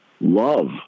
love